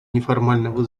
неформального